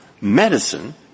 medicine